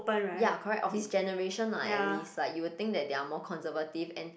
ya correct of his generation lah at least like you will think like they are more conservative and